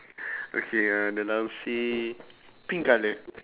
okay uh the langsir pink colour